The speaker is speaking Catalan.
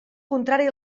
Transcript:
contrari